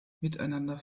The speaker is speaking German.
miteinander